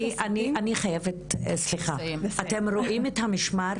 אני חייבת לסיים את הדיון,